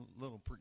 little